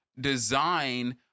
design